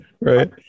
Right